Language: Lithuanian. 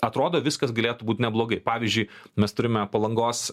atrodo viskas galėtų būt neblogai pavyzdžiui mes turime palangos